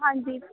ਹਾਂਜੀ